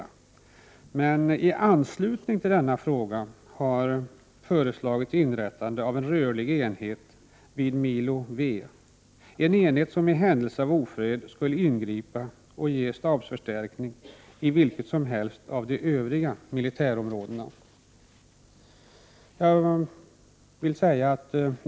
för det militära för NE = ST EN Svaret min I anslutning till denna fråga har föreslagits inrättandet av en rörlig enhet vid Milo V, en enhet som i händelse av ofred skulle ingripa och ge stabsförstärkning i vilket som helst av de övriga militärområdena.